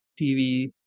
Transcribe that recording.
TV